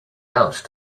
else